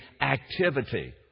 activity